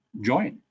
join